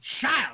child